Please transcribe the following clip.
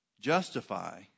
justify